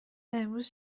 امروز